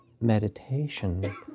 meditation